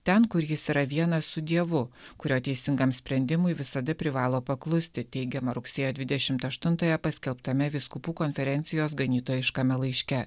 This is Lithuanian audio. ten kur jis yra vienas su dievu kurio teisingam sprendimui visada privalo paklusti teigiama rugsėjo dvidešimt aštuntąją paskelbtame vyskupų konferencijos ganytojiškame laiške